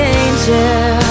angel